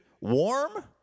warm